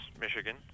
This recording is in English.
Michigan